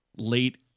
Late